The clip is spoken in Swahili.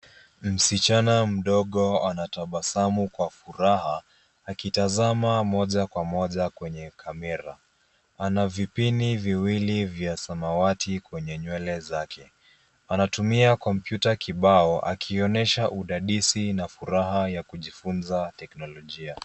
Msichana mdogo anatabasamu kwa furaha, akitazama moja kwa moja kwenye kamera. Ana vipini viwili vya samawati kwenye nywele zake. Anatumia kompyuta kibao, akionyesha udadisi na furaha ya kujifunza teknolojia.